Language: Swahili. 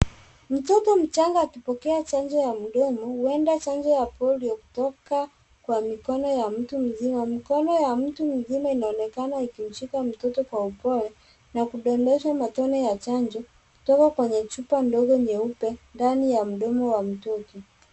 Mtoto mchanga akipokea chanjo ya mdomo huenda chanjo ya polio, kutoka kwa mikono ya mtu mzima. Mikono ya mtu mzima inaonekana ikishika mtoto kwa upole na kudondoza chanjo kutoka kwenye chupa ndogo nyeupe ndani ya mdomo ya mtoto.